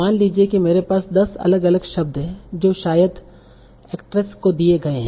मान लीजिए कि मेरे पास दस अलग अलग शब्द हैं जो शायद एक्ट्रेस को दिए गए हैं